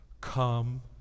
Come